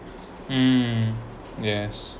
mm yes